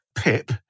Pip